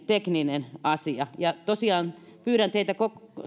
tekninen asia ja tosiaan pyydän teitä